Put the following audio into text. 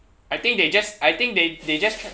I think they just I think they they just